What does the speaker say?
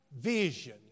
vision